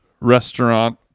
restaurant